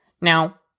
Now